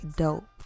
dope